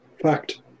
Fact